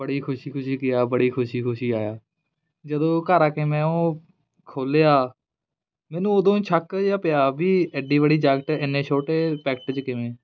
ਬੜੀ ਖੁਸ਼ੀ ਖੁਸ਼ੀ ਗਿਆ ਬੜੀ ਖੁਸ਼ੀ ਖੁਸ਼ੀ ਆਇਆ ਜਦੋਂ ਘਰ ਆ ਕੇ ਮੈਂ ਉਹ ਖੋਲ੍ਹਿਆ ਮੈਨੂੰ ਉਦੋਂ ਹੀ ਸ਼ੱਕ ਜਿਹਾ ਪਿਆ ਵੀ ਐਡੀ ਬੜੀ ਜੈਕਿਟ ਇੰਨੇ ਛੋਟੇ ਪੈਕਟ 'ਚ ਕਿਵੇਂ